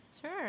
Sure